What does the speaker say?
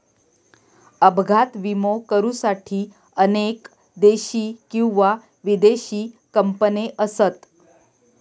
अपघात विमो करुसाठी अनेक देशी किंवा विदेशी कंपने असत